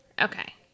Okay